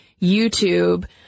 YouTube